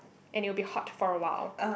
and it'll be hot for a while